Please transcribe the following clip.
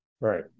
Right